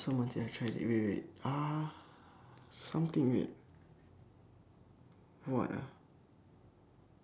~some until I tried it wait wait ah something wait what ah